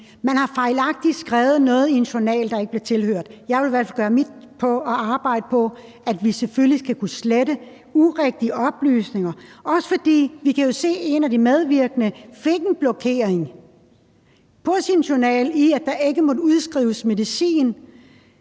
Man har fejlagtigt skrevet noget i en journal, der ikke tilhører den. Jeg vil i hvert fald gøre mit til at arbejde på, at vi selvfølgelig skal kunne slette urigtige oplysninger, også fordi vi jo kan se, at en af de medvirkende fik en blokering i sin journal om, at der ikke måtte udskrives medicin